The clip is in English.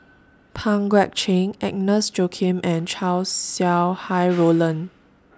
Pang Guek Cheng Agnes Joaquim and Chow Sau Hai Roland